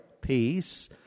peace